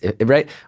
right